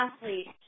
athletes